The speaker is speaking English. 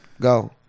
Go